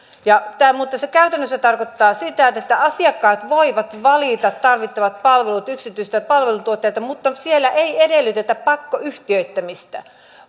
tämä muuten käytännössä tarkoittaa sitä että asiakkaat voivat valita tarvittavat palvelut yksityisiltä palveluntuottajilta mutta siellä ei edellytetä pakkoyhtiöittämistä